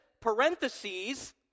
parentheses